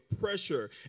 pressure